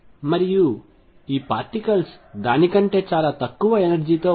మరియు ఈ పార్టికల్స్ దాని కంటే చాలా తక్కువ ఎనర్జీతో వస్తాయి